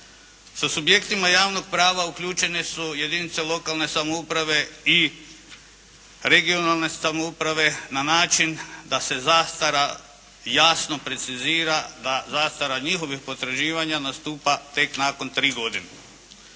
Sa subjektima javnog prava uključene su jedinice lokalne samouprave i regionalne samouprave na način da se zastara jasno precizira da zastara njihovih potraživanja nastupa tek nakon tri godine.